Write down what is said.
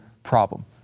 problem